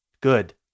good